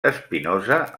espinosa